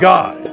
God